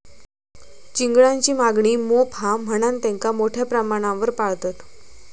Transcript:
चिंगळांची मागणी मोप हा म्हणान तेंका मोठ्या प्रमाणावर पाळतत